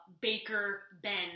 Baker-Ben